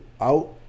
out